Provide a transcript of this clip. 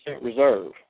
reserve